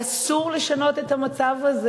ואסור לשנות את המצב הזה.